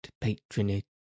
patronage